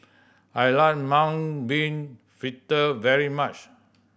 I like mung bean fritter very much